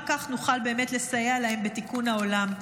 רק כך נוכל באמת לסייע להם בתיקון העולם.